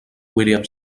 william